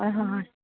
হয় হয় হয়